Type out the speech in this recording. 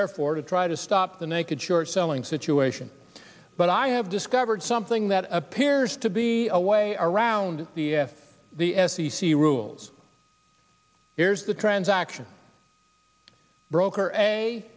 therefore to try to stop the naked short selling situation but i have discovered something that appears to be a way around the f c c rules here's the transaction broker a